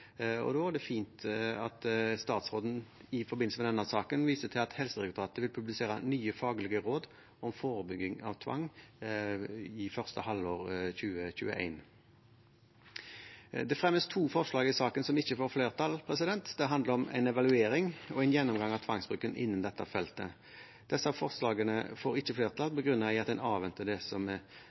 og da er det fint at statsråden i forbindelse med denne saken viser til at Helsedirektoratet vil publisere nye faglige råd om forebygging av tvang første halvår 2021. Det fremmes to forslag i saken som ikke får flertall. De handler om en evaluering og en gjennomgang av tvangsbruken innen dette feltet. Disse forslagene får ikke flertall på grunn av at en avventer det som